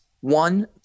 One